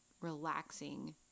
relaxing